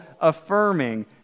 affirming